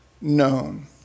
known